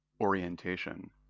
orientation